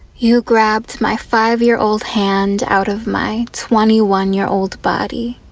you grabbed my five year old hand out of my twenty one year old body